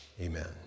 Amen